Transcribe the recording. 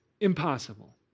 impossible